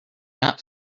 not